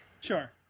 sure